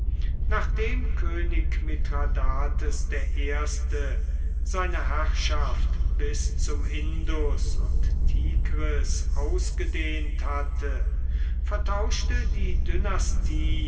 nachdem könig mithradates i seine herrschaft bis zum indus und tigris ausgedehnt hatte vertauschte die dynastie